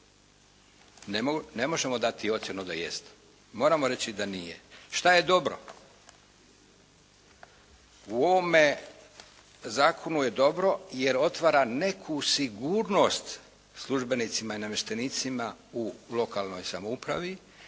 Ne možemo dati ocjenu da jeste. Moramo reći da nije. Što je dobro? U ovome zakonu je dobro jer otvara neku sigurnost službenicima i namještenicima u lokalnoj samoupravi,